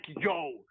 yo